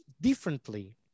differently